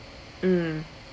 mm